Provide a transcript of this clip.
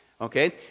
Okay